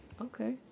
okay